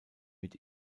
mit